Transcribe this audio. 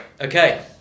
Okay